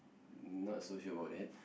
not so sure about that